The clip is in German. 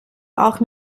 auch